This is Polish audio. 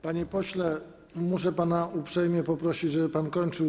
Panie pośle, muszę pana uprzejmie poprosić, żeby pan kończył.